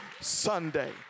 Sunday